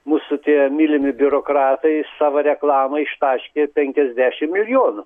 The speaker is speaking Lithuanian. mūsų tie mylimi biurokratai savo reklamai ištaškė penkiasdešimt milijonų